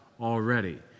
already